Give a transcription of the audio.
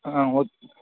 ஓ